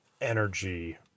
energy